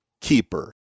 keeper